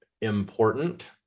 important